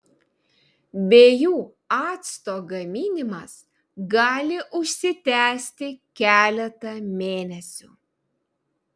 be jų acto gaminimas gali užsitęsti keletą mėnesių